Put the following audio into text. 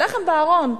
לחם בארון,